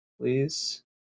please